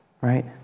right